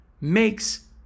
makes